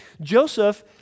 Joseph